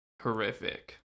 Horrific